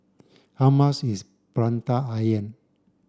how much is Prata Onion